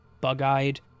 bug-eyed